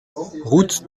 route